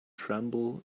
tremble